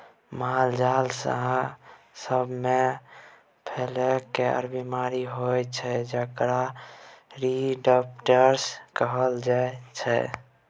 मालजाल सब मे प्लेग केर बीमारी होइ छै जेकरा रिंडरपेस्ट कहल जाइ छै